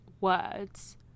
words